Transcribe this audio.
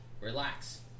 Relax